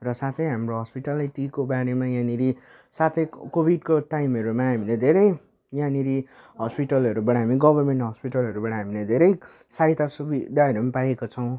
र साथै हाम्रो हस्पिटलिटीको बारेमा यहाँनिर साथै कोविडको टाइमहरूमा हामीले धेरै यहाँनिर हस्पिटलहरूबाट हामी गभर्मेन्ट हस्पिटलहरूबाट हामीले धेरै सहायता सुविधाहरू पनि पाएको छोँ